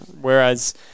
Whereas